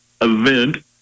event